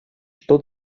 что